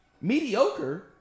mediocre